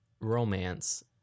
romance